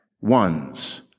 ones